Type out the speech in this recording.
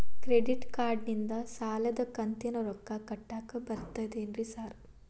Credit ಕಾರ್ಡನಿಂದ ಸಾಲದ ಕಂತಿನ ರೊಕ್ಕಾ ಕಟ್ಟಾಕ್ ಬರ್ತಾದೇನ್ರಿ ಸಾರ್?